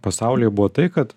pasaulyje buvo tai kad